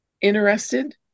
interested